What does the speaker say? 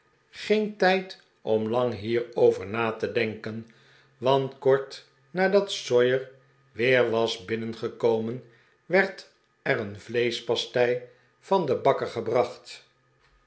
geen tijd om lang hierover na te denken want kort nadat sawyer weer was binnengekomen werd er een vleeschpastei van den bakker gebraeht